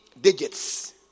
digits